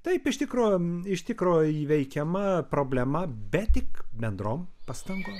taip iš tikro iš tikro įveikiama problema bet tik bendrom pastangom